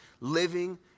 living